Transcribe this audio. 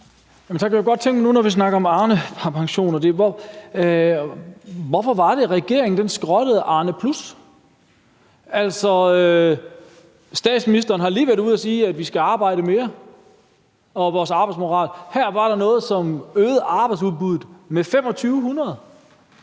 hvorfor det var, regeringen skrottede Arnepluspensionen. Statsministeren har lige været ude at sige om vores arbejdsmoral, at vi skal arbejde mere. Her var der noget, som øgede arbejdsudbuddet med 2.500.